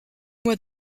mois